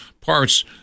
parts